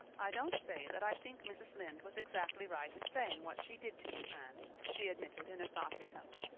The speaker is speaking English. i don't say that i think mrs. lynde was exactly right in saying what she did to you, anne, she admitted in a softer tone.